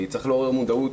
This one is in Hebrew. צריך לעורר מודעות